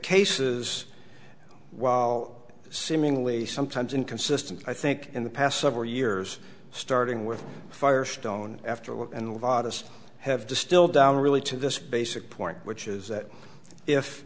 cases while seemingly sometimes inconsistent i think in the past several years starting with firestone after all and we've ottis have distilled down really to this basic point which is that if